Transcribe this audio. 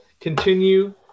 continue